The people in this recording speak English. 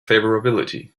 favorability